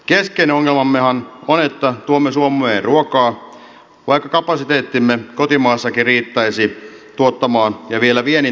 keskeinen ongelmammehan on että tuomme suomeen ruokaa vaikka kapasiteettimme kotimaassakin riittäisi tuottamaan ja vielä viennin tarpeisiinkin jäisi